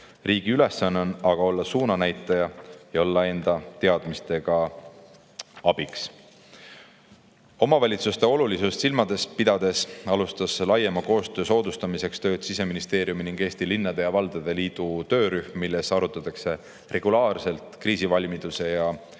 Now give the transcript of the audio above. Riigi ülesanne on aga olla suunanäitaja ja olla enda teadmistega abiks. Omavalitsuste olulisust silmas pidades alustas laiema koostöö soodustamiseks tööd Siseministeeriumi ning Eesti Linnade ja Valdade Liidu töörühm, kus regulaarselt arutatakse kriisivalmiduse